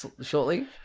shortly